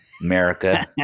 America